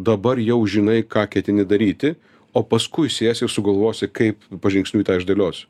dabar jau žinai ką ketini daryti o paskui sėsi irs sugalvosi kaip pažingsniui tą išdėliosi